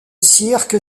cirque